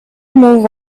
move